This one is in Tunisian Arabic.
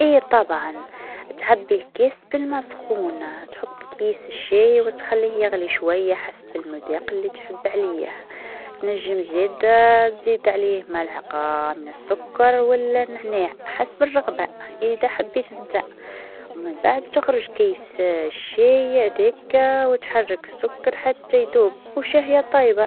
أكيد! لتحضير كوب شاي، أول حاجة تغلي ماء في إبريق. بعد ما يغلي الماء، تحط كيس شاي أو ملعقة شاي في الكوب. تصب الماء المغلي فوقه وتخليه يتخمر لمدة تلات الى خمس دقائق حسب قوتك المفضلة. بعدها، تقدر تضيف سكر أو حليب حسب الرغبة. وبالصحة!